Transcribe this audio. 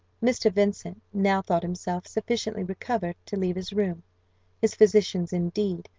mr. vincent now thought himself sufficiently recovered to leave his room his physicians, indeed,